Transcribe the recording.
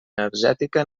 energètica